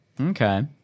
Okay